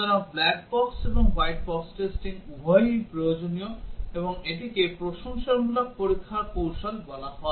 সুতরাং black box এবং white box testing উভয়ই প্রয়োজনীয় এবং এটিকে প্রশংসামূলক পরীক্ষার কৌশল বলা হয়